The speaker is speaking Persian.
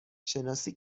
شناسی